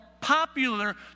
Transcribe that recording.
popular